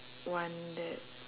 one that